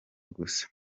gusa